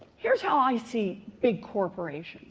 here's how i see big corporations